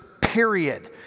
period